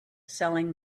selling